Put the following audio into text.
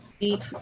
deep